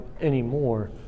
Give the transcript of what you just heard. anymore